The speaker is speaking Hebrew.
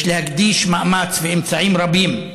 יש להקדיש מאמץ ואמצעים רבים,